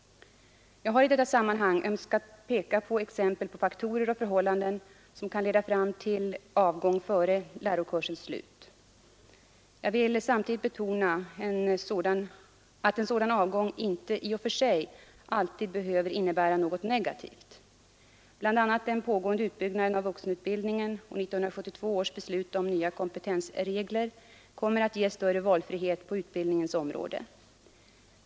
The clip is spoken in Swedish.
Jag har i detta sammanhang önskat peka på exempel på faktorer och förhållanden som kan leda fram till avgång före lärokursens slut. Men jag vill samtidigt betona att en sådan avgång inte i och för sig alltid behöver innebära något negativt. Bl. a. den pågående utbyggnaden av vuxenutbildningen och 1972 års beslut om nya kompetensregler kommer att ge större valfrihet på utbildningens område.